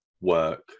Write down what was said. Work